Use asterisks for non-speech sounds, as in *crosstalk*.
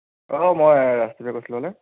অঁ মই *unintelligible*